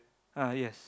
uh yes